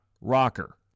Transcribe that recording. rocker